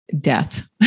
death